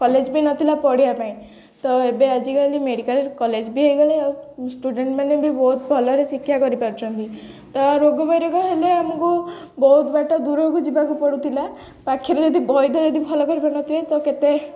college ବି ନଥିଲା ପଢ଼ିବା ପାଇଁ ତ ଏବେ ଆଜିକାଲି ମେଡ଼ିକାଲ କଲେଜ ବି ହେଇଗଲେ ଆଉ ଷ୍ଟୁଡ଼େଣ୍ଟ ମାନେ ବି ବହୁତ ଭଲରେ ଶିକ୍ଷା କରିପାରୁନ୍ତି ତ ରୋଗ ବୈରାଗ ହେଲେ ଆମକୁ ବହୁତ ବାଟ ଦୂରକୁ ଯିବାକୁ ପଡ଼ୁଥିଲା ପାଖରେ ଯଦି ବୈଦ ଯଦି ଭଲ କରିପାରୁନଥିବେ ତ କେତେ